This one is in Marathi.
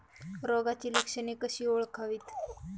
रोगाची लक्षणे कशी ओळखावीत?